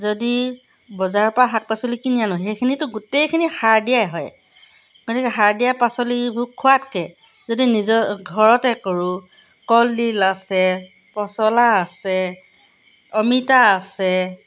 যদি বজাৰৰ পৰা শাক পাচলি কিনি আনো সেইখিনিতো গোটেইখিনি সাৰ দিয়াই হয় গতিকে সাৰ দিয়া পাচলিবোৰ খোৱাতকৈ যদি নিজৰ ঘৰতে কৰোঁ কলডিল আছে পচলা আছে অমিতা আছে